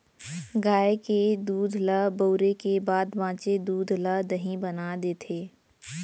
गाय के दूद ल बउरे के बाद बॉंचे दूद ल दही बना देथे